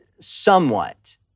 somewhat